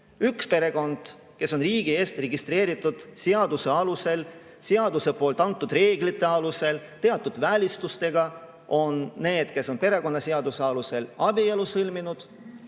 Üks perekond, kes on riigis registreeritud seaduse alusel, seaduse antud reeglite alusel ja teatud välistustega, on need, kes on perekonnaseaduse alusel abielu sõlminud.